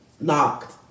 locked